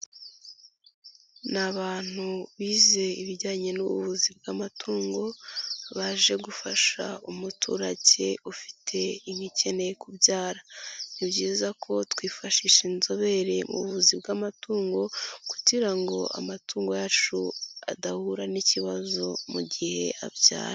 Ni abantu bize ibijyanye n'ubuvuzi bw'amatungo, baje gufasha umuturage ufite inka ikeneye kubyara, ni byiza ko twifashisha inzobere mu buvuzi bw'amatungo kugira ngo amatungo yacu adahura n'ikibazo mu gihe abyara.